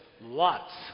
Lots